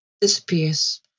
disappears